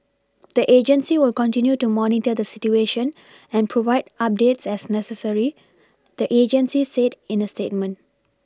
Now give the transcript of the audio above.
the agency will continue to monitor the situation and provide updates as necessary the agency said in a statement